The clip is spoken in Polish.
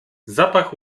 zapach